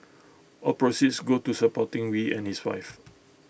all proceeds go to supporting wee and his wife